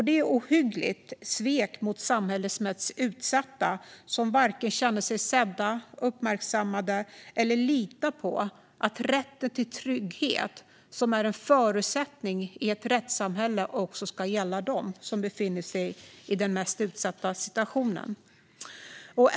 Det är ett ohyggligt svek mot samhällets mest utsatta, som varken känner sig sedda och uppmärksammade eller litar på att rätten till trygghet, som är en förutsättning i ett rättssamhälle, också ska gälla dem som befinner sig i den mest utsatta situationen.